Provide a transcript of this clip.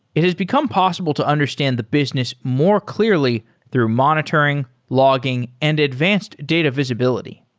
it has become possible to understand the business more clearly through monitoring, logging and advanced data visibility.